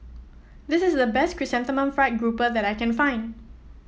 this is the best Chrysanthemum Fried Grouper that I can find